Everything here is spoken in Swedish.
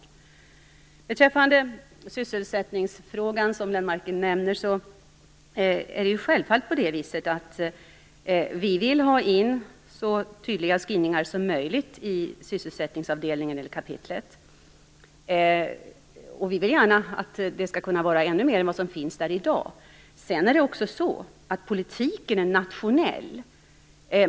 Göran Lennmarker nämnde sysselsättningsfrågan. Självfallet vill vi ha in så tydliga skrivningar som möjligt i sysselsättningskapitlet, och det får gärna blir mer än vad som finns där i dag. Men det är också så att politiken är nationell.